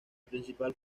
principal